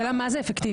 השאלה מה זה אפקטיבית.